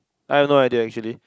I have no idea actually